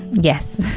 yes.